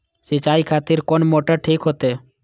सीचाई खातिर कोन मोटर ठीक होते?